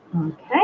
Okay